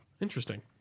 Interesting